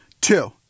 Two